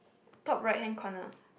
top right hand corner